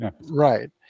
right